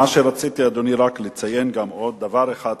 רציתי, אדוני, רק לציין עוד דבר אחד חשוב,